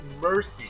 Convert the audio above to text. Mercy